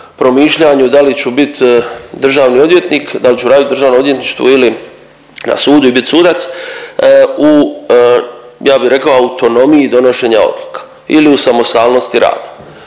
da li ću bit državni odvjetnik, dal ću radit u državnom odvjetništvu ili na sudu i bit sudac, u ja bi rekao autonomiji donošenja odluka ili u samostalnosti rada